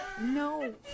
No